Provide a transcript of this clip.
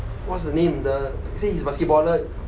what's the name the say he's a basketballer